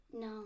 No